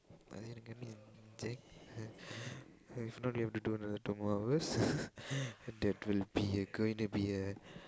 if not we have to do another two more hours and that will be uh going to be a